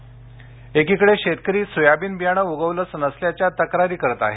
soybean एकीकडे शेतकरी soybean बियाणे उगवलेच नसल्याच्या तक्रारी करीत आहेत